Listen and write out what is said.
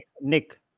Nick